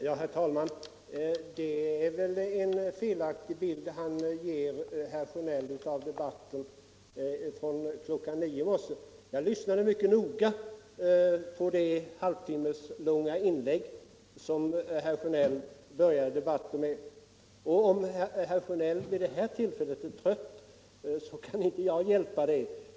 Herr talman! Det är väl en felaktig bild herr Sjönell ger av den debatt som förts sedan kl. 9 i morse. Jag lyssnade mycket noga på det halvtimmeslånga inlägg som herr Sjönell började debatten med. Och om herr Sjönell vid det här tillfället är trött, så kan jag inte hjälpa det.